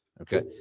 Okay